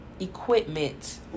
Equipment